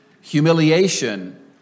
humiliation